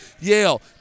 Yale